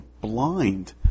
blind